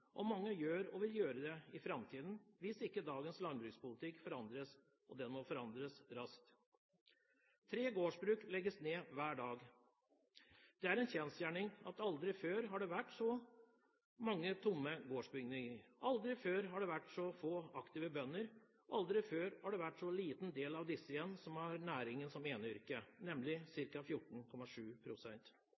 og mange gjør og vil gjøre det i framtiden, hvis ikke dagens landbrukspolitikk forandres – og den må forandres raskt. Tre gårdsbruk legges ned hver dag. Det er en kjensgjerning at aldri før har det vært så mange tomme gårdsbygninger. Aldri før har det vært så få aktive bønder, og aldri før har det vært så liten del av disse igjen som har næringen som eneyrke, nemlig